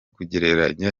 kugereranya